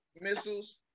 missiles